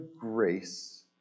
grace